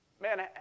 man